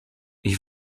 ich